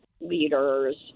leaders